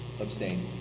Abstain